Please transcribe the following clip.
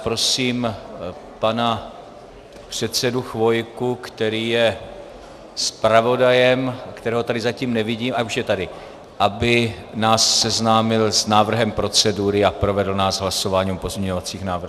Prosím pana předsedu Chvojku, který je zpravodajem, kterého tady zatím nevidím... a už je tady, aby nás seznámil s návrhem procedury a provedl nás hlasováním o pozměňovacích návrzích.